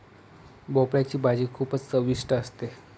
भोपळयाची भाजी खूपच चविष्ट असते